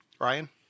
Ryan